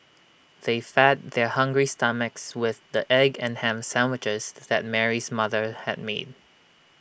they fed their hungry stomachs with the egg and Ham Sandwiches that Mary's mother had made